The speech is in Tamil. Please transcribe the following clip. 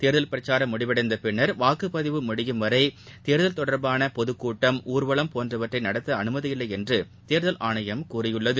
தேர்தல் பிரக்காரம் முடிவடைந்த பின்னர் வாக்குப்பதிவு முடியும் வரை தேர்தல் தொடர்பாள பொதுக்கூட்டம் ஊர்வலம் போன்றவற்றை நடத்த அனுமதி இல்லை என்று தேர்தல் ஆணையம் கூறியுள்ளது